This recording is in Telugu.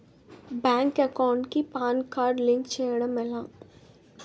బ్యాంక్ అకౌంట్ కి పాన్ కార్డ్ లింక్ చేయడం ఎలా?